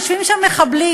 יושבים שם מחבלים,